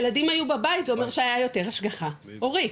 ילדים היו בבית זה אומר שהייתה יותר השגחה הורית.